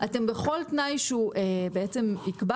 בכל תנאי שהוא יקבע